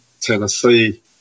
Tennessee